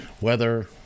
Weather